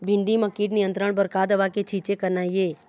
भिंडी म कीट नियंत्रण बर का दवा के छींचे करना ये?